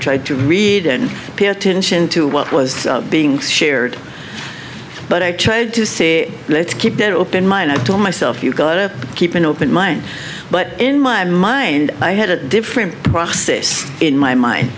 tried to read and pay attention to what was being shared but i tried to say let's keep an open mind and told myself you gotta keep an open mind but in my mind i had a different process in my mind